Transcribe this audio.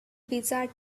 wizard